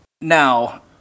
Now